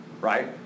right